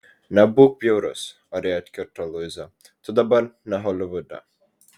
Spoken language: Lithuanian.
nebūk bjaurus oriai atkirto luiza tu dabar ne holivude